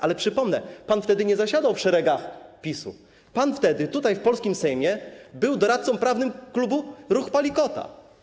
Ale przypomnę: pan wtedy nie zasiadał w szeregach PiS, pan wtedy tutaj, w polskim Sejmie, był doradcą prawnym klubu Ruch Palikota.